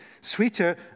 sweeter